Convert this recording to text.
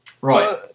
Right